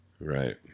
right